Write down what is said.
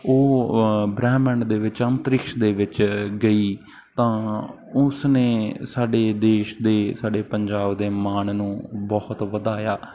ਉਹ ਬ੍ਰਹਿਮੰਡ ਦੇ ਵਿੱਚ ਅੰਤਰਿਕਸ਼ ਦੇ ਵਿੱਚ ਗਈ ਤਾਂ ਉਸਨੇ ਸਾਡੇ ਦੇਸ਼ ਦੇ ਸਾਡੇ ਪੰਜਾਬ ਦੇ ਮਾਣ ਨੂੰ ਬਹੁਤ ਵਧਾਇਆ